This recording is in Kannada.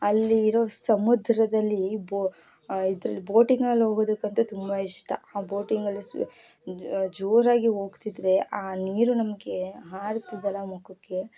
ಅಲ್ಲಿರೋ ಸಮುದ್ರದಲ್ಲಿ ಬೊ ಇದ್ರಲ್ಲಿ ಬೋಟಿಂಗಲ್ಲಿ ಹೋಗೋದಕ್ಕಂತೂ ತುಂಬ ಇಷ್ಟ ಆ ಬೋಟಿಂಗಲ್ಲಿ ಜೋರಾಗಿ ಹೋಗ್ತಿದ್ದರೆ ಆ ನೀರು ನಮಗೆ ಹಾರ್ತಿದ್ದಲ್ಲಾ ಮುಖಕ್ಕೆ